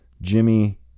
jimmy